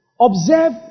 observe